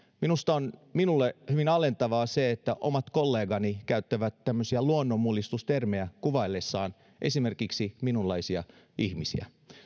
minulle on hyvin alentavaa se että omat kollegani käyttävät tämmöisiä luonnonmullistustermejä kuvaillessaan esimerkiksi minunlaisiani ihmisiä